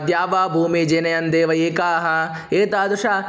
द्यावाभूमी जनयन् देवः एकः एतादृशः